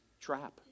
trap